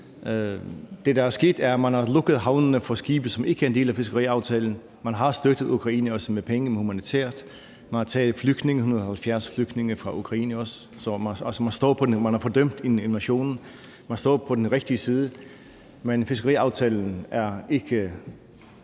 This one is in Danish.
man har lukket havnene for skibe, som ikke er en del af fiskeriaftalen. Man har støttet Ukraine med penge og humanitært, og man har også taget 170 flygtninge fra Ukraine. Man har fordømt invasionen, og man står på den rigtige side. Men fiskeriaftalen er ikke